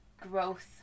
growth